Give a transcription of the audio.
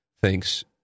thinks